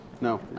No